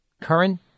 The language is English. current